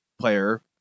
player